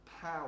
power